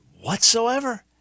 whatsoever